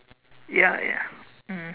ya ya mm